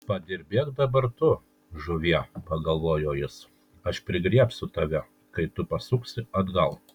padirbėk dabar tu žuvie pagalvojo jis aš prigriebsiu tave kai tu pasuksi atgal